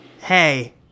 Hey